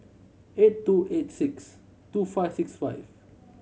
eight two eight six two five six five